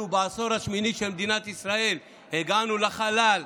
אנחנו בעשור השמיני של מדינת ישראל הגענו לחלל,